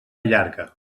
llarga